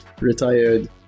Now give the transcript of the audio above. retired